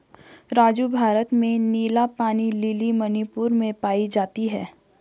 राजू भारत में नीला पानी लिली मणिपुर में पाई जाती हैं